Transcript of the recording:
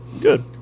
good